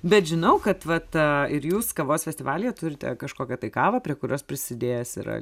bet žinau kad vat ir jūs kavos festivalyje turite kažkokią tai kavą prie kurios prisidėjęs yra